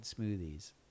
smoothies